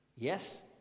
Yes